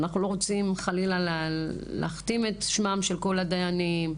אנחנו לא רוצים חלילה להכתים את שמם של כל הדיינים,